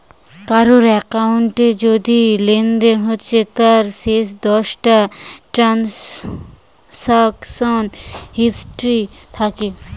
কারুর একাউন্টে যদি লেনদেন হচ্ছে তার শেষ দশটা ট্রানসাকশান হিস্ট্রি থাকে